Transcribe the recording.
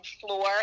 floor